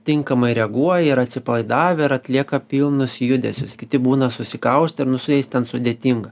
tinkamai reaguoja ir atsipalaidavę ir atlieka pilnus judesius kiti būna susikaustę ir su jais ten sudėtinga